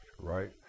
right